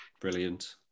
Brilliant